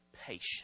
patience